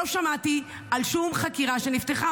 לא שמעתי על שום חקירה שנפתחה.